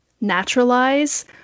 naturalize